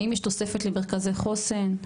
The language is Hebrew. האם יש תוספת למרכזי חוסן?